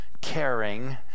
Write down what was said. caring